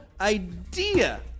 idea